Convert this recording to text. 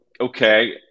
okay